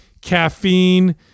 caffeine